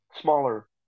smaller